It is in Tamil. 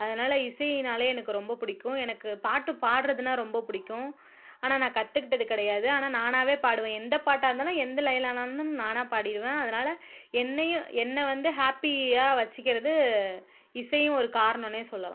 அதனால இசைன்னாலே எனக்கு ரொம்ப பிடிக்கும் எனக்கு பாட்டு பாடுறதுன்னா ரொம்ப பிடிக்கும் ஆனால் நான் கத்துக்கிட்டது கிடையாது ஆனால் நானாவே பாடுவேன் எந்த பாட்டாக இருந்தாலும் எந்த லைனா இருந்தாலும் நானா பாடிடுவேன் அதனால என்னையும் என்னை வந்து ஹாப்பியா வச்சிக்கறது இசையும் ஒரு காரணம்னே சொல்லலாம்